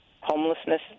homelessness